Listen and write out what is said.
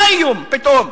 מה האיום פתאום?